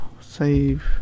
save